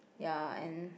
ya and